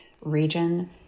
region